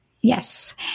Yes